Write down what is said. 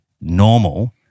normal